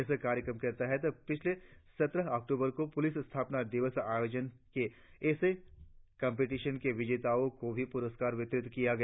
इस कार्यक्रम के तहत पिछले सत्रह अक्टूबर को पुलिस स्थापना दिवस आयोजन के ऐसे कंपिटिशन के विजेताओं को भी पुरस्कार वितरित किया गया